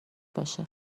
باشه